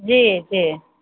जी जी